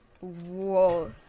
Whoa